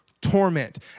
torment